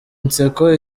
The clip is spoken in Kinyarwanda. nseko